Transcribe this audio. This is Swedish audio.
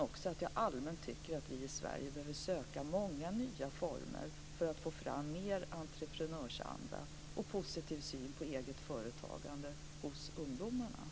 Allmänt tycker jag också att vi i Sverige behöver söka många nya former för att få fram mer entreprenörsanda och positivare syn på eget företagande hos ungdomarna.